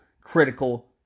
critical